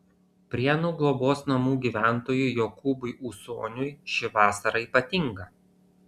prienų globos namų gyventojui jokūbui ūsoniui ši vasara ypatinga